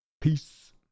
Peace